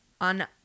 on